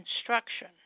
instruction